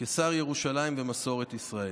כשר ירושלים ומסורת ישראל.